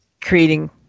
creating